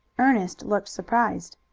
ernest looked surprised.